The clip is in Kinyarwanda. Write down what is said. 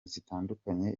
zitandukanye